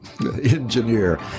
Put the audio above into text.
engineer